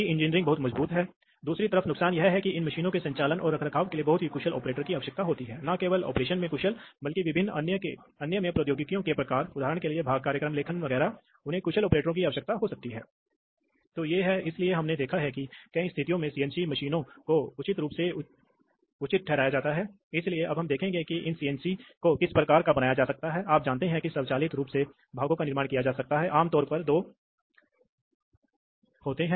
इसलिए वे दूसरी तरफ जब वाल्व को स्थानांतरित करना चाहिए तो उसे मुख्य वाल्व को स्थानांतरित करने के लिए आवश्यक शक्ति प्रदान करनी चाहिए इसलिए दो चीजें हैं जो आवश्यक हैं इसलिए वास्तव में एक इलेक्ट्रोमेकेनिकल एक्ट्यूएटर बनाएं अतः यह शक्ति प्रदान करता है यह विभिन्न तरीकों से किया जा सकता है उदाहरण के लिए यह एक सीधे सॉलेनोइड संचालित वाल्व हो सकता है कि कुछ करंट जो एक कुंडल में संचालित होते हैं और यह इस स्पूल को खींचता है